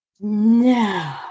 No